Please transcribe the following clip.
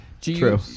True